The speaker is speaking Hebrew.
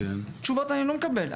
תשובות אני לא מקבל.